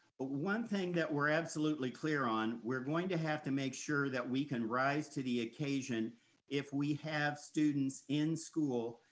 but one thing that we're absolutely clear on, we're going to have to make sure that we can rise to the occasion if we have students in school,